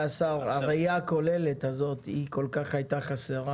הראייה הכוללת הזאת הייתה כל כך חסרה